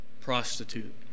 prostitute